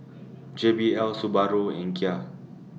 J B L Subaru and Ikea